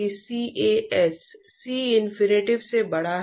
और साथ ही यह कई गणना और डिजाइन उद्देश्यों में मदद करता है